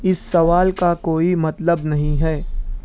اس سوال کا کوئی مطلب نہیں ہے